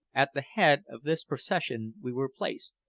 at the head of this procession we were placed,